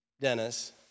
Dennis